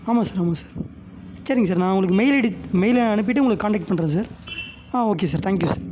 ஆமாம் சார் ஆமாம் சார் சரிங்க சார் நான் உங்களுக்கு மெயில் ஐடி மெயிலை அனுப்பிவிட்டு உங்களை காண்டக்ட் பண்ணுறேன் சார் ஆ ஓகே சார் தேங்க்யூ சார்